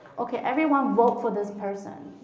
ok, everyone vote for this person.